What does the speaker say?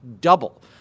double